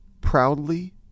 proudly